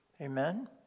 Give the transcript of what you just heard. Amen